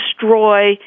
destroy